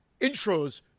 intros